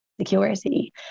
security